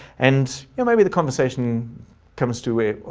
and you know, maybe the conversation comes to where